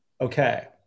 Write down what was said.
Okay